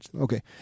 okay